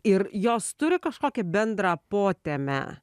ir jos turi kažkokį bendrą potemę